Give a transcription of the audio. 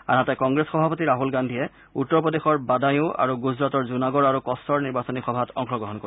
আনহাতে কংগ্ৰেছ সভাপতি ৰাহুল গান্ধীয়ে উত্তৰপ্ৰদেশৰ বাডায়ুঁ আৰু গুজৰাটৰ জুনাগড় আৰু কচ্চৰ নিৰ্বাচনী সভাত অংশগ্ৰহণ কৰিব